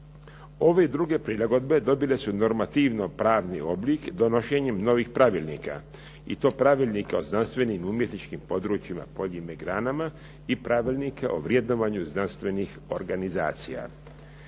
Ove druge prilagodbe dobile su normativno pravni oblik donošenjem novih pravilnika. I to pravilnika o znanstvenim, umjetničkim područjima po pojedinim granama i pravilnike o vrednovanju znanstvenih organizacija.